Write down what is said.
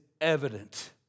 evident